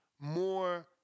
more